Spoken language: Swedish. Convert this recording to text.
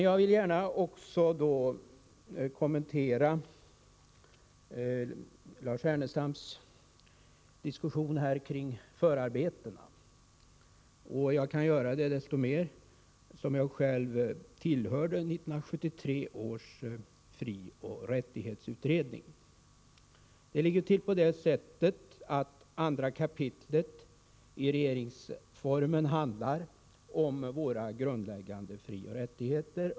Jag vill gärna kommentera Lars Ernestams diskussion kring förarbetena, vilket är ganska lätt för mig, eftersom jag själv tillhörde 1973 års frioch rättighetsutredning. Det ligger till på det sättet att 2 kap. i regeringsformen handlar om våra grundläggande frioch rättigheter.